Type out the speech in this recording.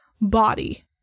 body